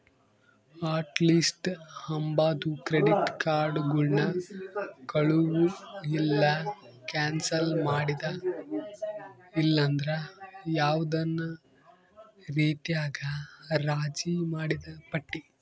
hot list ಅಂಬಾದು credit ಕಾರ್ಡುಗುಳ್ನ ಕಳುವು ಇಲ್ಲ ಕ್ಯಾನ್ಸಲ್ ಮಾಡಿದ ಇಲ್ಲಂದ್ರ ಯಾವ್ದನ ರೀತ್ಯಾಗ ರಾಜಿ ಮಾಡಿದ್ ಪಟ್ಟಿ